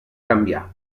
canviar